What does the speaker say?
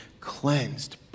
cleansed